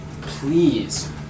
please